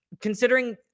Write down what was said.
considering